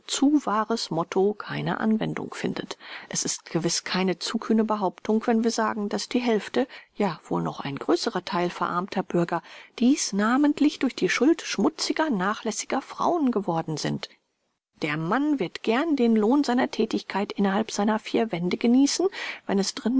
zu wahres motto keine anwendung findet es ist gewiß keine zu kühne behauptung wenn wir sagen daß die hälfte ja wohl noch ein größerer theil verarmter bürger dies namentlich durch die schuld schmutziger nachlässiger frauen geworden sind der mann wird gern den lohn seiner thätigkeit innerhalb seiner vier wände genießen wenn es drinnen